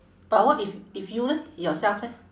but what if if you leh yourself leh